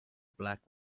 black